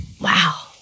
Wow